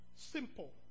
simple